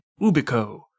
Ubico